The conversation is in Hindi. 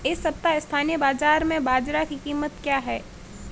इस सप्ताह स्थानीय बाज़ार में बाजरा की कीमत क्या है?